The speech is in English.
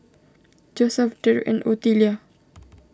Joeseph Derick and Otelia